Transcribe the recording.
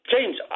James